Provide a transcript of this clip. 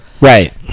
right